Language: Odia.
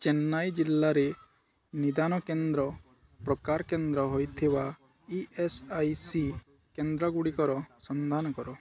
ଚେନ୍ନାଇ ଜିଲ୍ଲାରେ ନିଦାନ କେନ୍ଦ୍ର ପ୍ରକାର କେନ୍ଦ୍ର ହୋଇଥିବା ଇ ଏସ୍ ଆଇ ସି କେନ୍ଦ୍ର ଗୁଡ଼ିକର ସନ୍ଧାନ କର